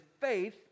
faith